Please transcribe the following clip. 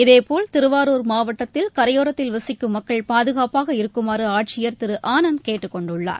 இதேபோல் திருவாரூர் மாவட்டத்தில் கரையோரத்தில் வசிக்கும் மக்கள் பாதுகாப்பாக இருக்குமாறு ஆட்சியர் திரு ஆனந்த் கேட்டுக்கொண்டுள்ளார்